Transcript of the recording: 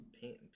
Paint